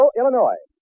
Illinois